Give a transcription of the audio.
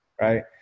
right